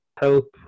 help